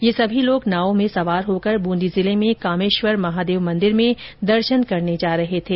ये सभी लोग नाव में सवार होकर बुंदी जिले में कामेश्वर महादेव मंदिर में दर्शन करने जा रहे थे